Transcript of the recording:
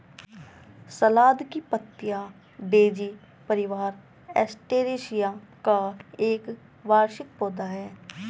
सलाद की पत्तियाँ डेज़ी परिवार, एस्टेरेसिया का एक वार्षिक पौधा है